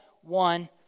one